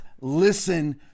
listen